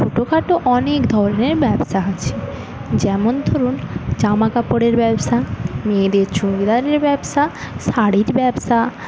ছোটখাটো অনেক ধরণের ব্যবসা আছে যেমন ধরুন জামাকাপড়ের ব্যবসা মেয়েদের চুড়িদারের ব্যবসা শাড়ির ব্যবসা